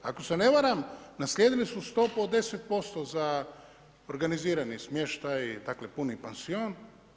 Ako se ne varam, naslijedili su stopu od 10% za organizirani smještaj, dakle puni pansion.